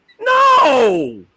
no